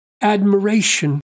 admiration